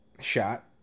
shot